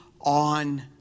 on